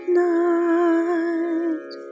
night